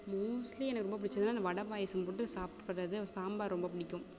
mostly எனக்கு ரொம்ப பிடிச்சதுன்னா அந்த வடை பாயாசம் போட்டு சாப்புடுறது சாம்பார் ரொம்ப பிடிக்கும்